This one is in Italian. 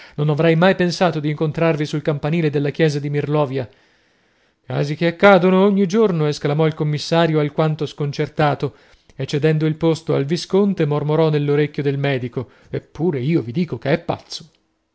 non avrei mai pensato di incontrarvi sul campanile della chiesa di mirlovia casi che accadono ogni giorno esclamò il commissario alquanto sconcertato e cedendo il posto al visconte mormorò nell'orecchio del medico eppure io vi dico che è pazzo